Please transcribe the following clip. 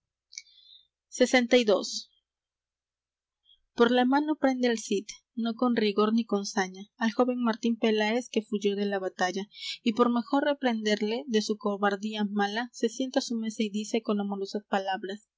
por la mano prende el cid no con rigor ni con saña al joven martín peláez que fuyó de la batalla y por mejor reprendelle de su cobardía mala se sienta á su mesa y dice con amorosas palabras